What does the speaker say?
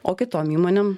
o kitom įmonėm